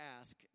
ask